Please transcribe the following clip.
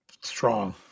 strong